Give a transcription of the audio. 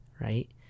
right